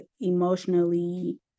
emotionally